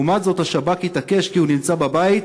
לעומת זאת, השב"כ התעקש כי הוא נמצא בבית.